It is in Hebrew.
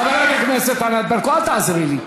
חברת הכנסת ענת ברקו, אל תעזרי לי.